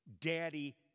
daddy